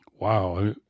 wow